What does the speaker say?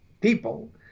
people